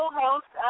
host